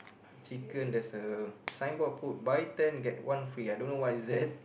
chicken there's a sign board put buy ten get one free I don't know what is that